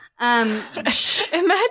Imagine